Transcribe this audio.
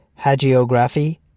hagiography